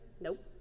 Nope